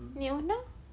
nek onah